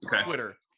Twitter